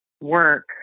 work